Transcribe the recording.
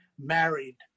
married